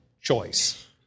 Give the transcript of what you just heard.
choice